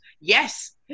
Yes